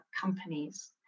companies